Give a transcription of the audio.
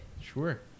Sure